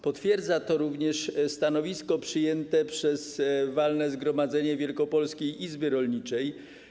Potwierdza to również stanowisko przyjęte przez walne zgromadzenie Wielkopolskiej Izby Rolniczej.